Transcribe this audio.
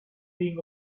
thing